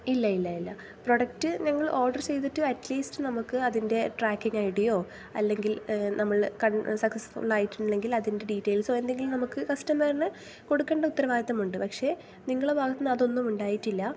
ഇല്ല ഇല്ല ഇല്ല പ്രോഡക്റ്റ് ഞങ്ങൾ ഓർഡർ ചെയ്തിട്ട് അറ്റ്ലീസ്റ്റ് നമുക്ക് അതിൻ്റെ ട്രാക്കിങ് ഐ ഡിയോ അല്ലെങ്കിൽ നമ്മൾ കൺ സാറ്റിസ്ഫുള്ളായിട്ടുണ്ടെങ്കിൽ അതിൻ്റെ ഡീറ്റെയിൽസോ എന്തെങ്കിലും നമുക്ക് കസ്റ്റമറിന് കൊടുക്കേണ്ട ഉത്തരവാദിത്വമുണ്ട് പക്ഷേ നിങ്ങളുടെ ഭാഗത്തു നിന്ന് അതൊന്നും ഉണ്ടായിട്ടില്ല